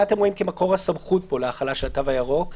מה אתם רואים כאן כמקור הסמכות להחלה של התו הירוק?